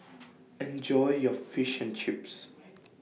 Enjoy your Fish and Chips